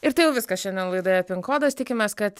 ir tai jau viskas šiandien laidoje pin kodas tikimės kad